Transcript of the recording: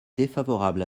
défavorable